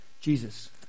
Jesus